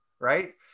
right